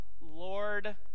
Lord